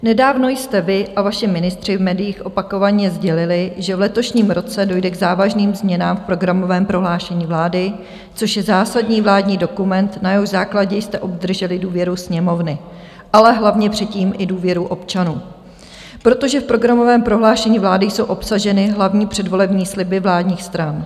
Nedávno jste vy a vaši ministři v médiích opakovaně sdělili, že v letošním roce dojde k závažným změnám v programovém prohlášení vlády, což je zásadní vládní dokument, na jehož základě jste obdrželi důvěru Sněmovny, ale hlavně předtím i důvěru občanů, protože v programovém prohlášení vlády jsou obsaženy hlavní předvolební sliby vládních stran.